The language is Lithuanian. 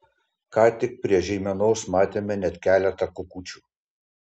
ką tik prie žeimenos matėme net keletą kukučių